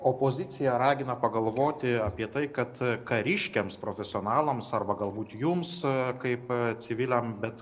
opozicija ragino pagalvoti apie tai kad kariškiams profesionalams arba galbūt jums kaip civiliam bet